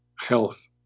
health